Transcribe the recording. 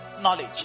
Knowledge